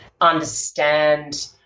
understand